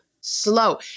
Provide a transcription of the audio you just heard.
slow